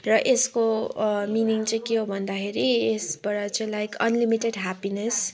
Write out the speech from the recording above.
र यसको मिनिङ चाहिँ के हो भन्दाखेरि यसबाट चाहिँ लाइक अनलिमिटेड ह्याप्पिनेस